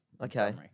Okay